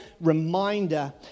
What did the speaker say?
reminder